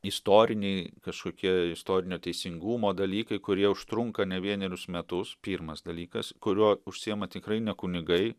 istoriniai kažkokie istorinio teisingumo dalykai kurie užtrunka ne vienerius metus pirmas dalykas kuriuo užsiima tikrai ne kunigai